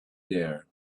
there